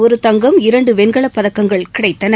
ஒரு தங்கம் இரண்டு வெண்கலப் பதக்கங்கள்கிடைத்தன